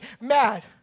mad